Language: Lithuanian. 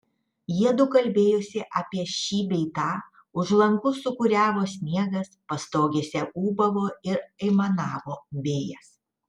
jiedu kalbėjosi apie šį bei tą už langų sūkuriavo sniegas pastogėse ūbavo ir aimanavo vėjas